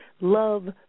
love